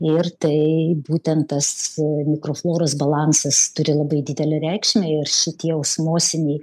ir tai būtent tas mikrofloros balansas turi labai didelę reikšmę ir šitie osmosiniai